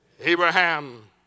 Abraham